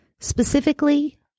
Specifically